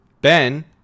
Ben